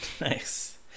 nice